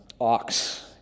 ox